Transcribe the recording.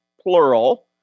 plural